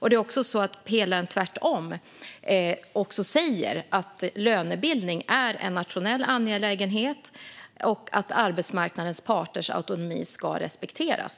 Pelaren säger tvärtom att lönebildning är en nationell angelägenhet och att arbetsmarknadens parters autonomi ska respekteras.